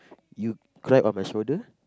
you cry on my shoulder